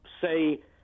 say